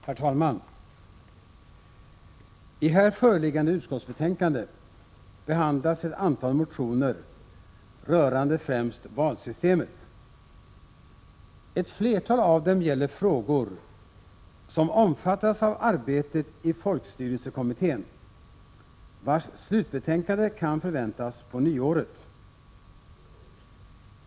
Herr talman! I här föreliggande utskottsbetänkande behandlas ett antal motioner rörande främst valsystemet. Ett flertal av dem gäller frågor som omfattas av arbetet i folkstyrelsekommittén, vars slutbetänkande kan förväntas på nyåret.